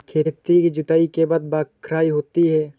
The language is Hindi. खेती की जुताई के बाद बख्राई होती हैं?